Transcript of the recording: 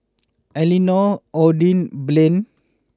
Elenora Odie Blaine